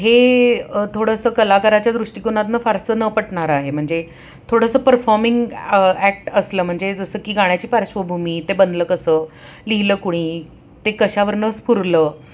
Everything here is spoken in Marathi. हे थोडंसं कलाकाराच्या दृष्टिकोनातनं फारसं न पटणारं आहे म्हणजे थोडंसं परफॉर्मिंग ॲक्ट असलं म्हणजे जसं की गाण्याची पार्श्वभूमी ते बनलं कसं लिहिलं कोणी ते कशावरनं स्फुरलं